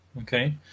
Okay